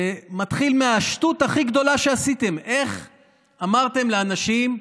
שמתחיל מהשטות הכי גדולה שעשיתם: איך אמרתם לאנשים?